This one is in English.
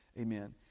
Amen